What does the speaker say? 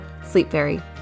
sleepfairy